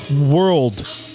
world